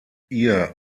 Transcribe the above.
ihr